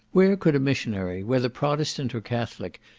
where could a missionary, whether protestant or catholic,